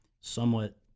somewhat